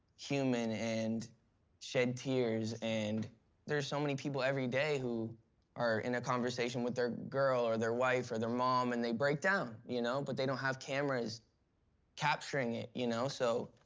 human and shed tears. and there's so many people every day who are in a conversation with their girl or their wife or their mom and they break down, you know? but they don't have cameras capturing it, you know? so,